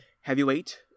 heavyweight